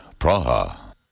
Praha